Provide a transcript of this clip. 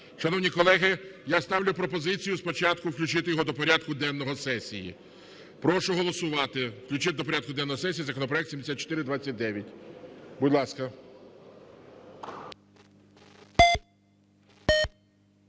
Шановні колеги, я ставлю пропозицію спочатку включити його до порядку денного сесії. Прошу голосувати, включити до порядку денного сесії законопроект 7429, будь ласка.